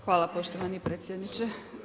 Hvala poštovani predsjedniče.